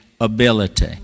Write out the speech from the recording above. ability